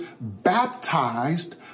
baptized